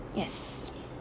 yes